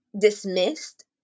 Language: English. dismissed